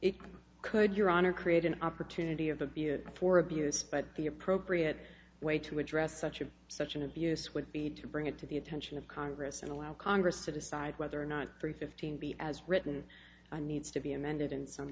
it could your honor create an opportunity of the beard for abuse but the appropriate way to address such of such an abuse would be to bring it to the attention of congress and allow congress to decide whether or not three fifteen b as written and needs to be amended in some